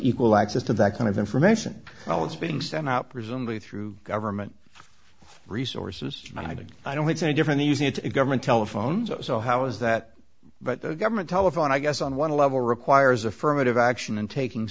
equal access to that kind of information while it's being sent out presumably through government resources and i don't i don't it's any different using it government telephones so how is that but the government telephone i guess on one level requires affirmative action and taking